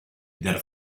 der